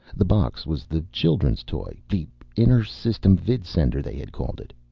the box was the children's toy. the inter-system vidsender, they had called it.